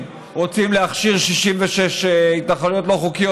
רוצים להכשיר 66 התנחלויות לא חוקיות.